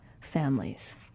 families